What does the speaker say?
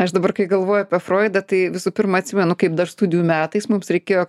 aš dabar kai galvoju apie froidą tai visų pirma atsimenu kaip dar studijų metais mums reikėjo